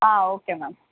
okay ma'am